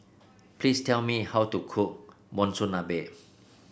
please tell me how to cook Monsunabe